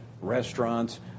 restaurants